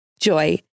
Joy